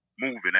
moving